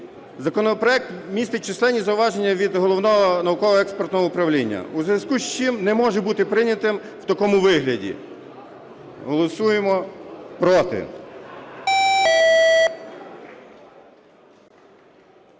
законопроект містить численні зауваження від Головного науково-експертного управління, у зв'язку з чим не може бути прийнятим у такому вигляді. Голосуємо "проти".